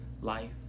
life